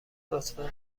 لطفا